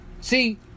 See